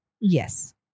Yes